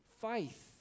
faith